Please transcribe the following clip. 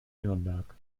nürnberg